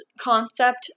concept